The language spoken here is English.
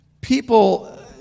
People